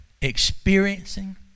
experiencing